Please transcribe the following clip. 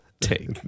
take